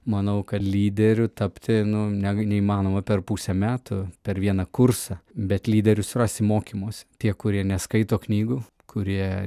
manau kad lyderiu tapti nu nega neįmanoma per pusę metų per vieną kursą bet lyderius rasi mokymuose tie kurie neskaito knygų kurie